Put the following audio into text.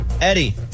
Eddie